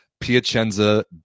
Piacenza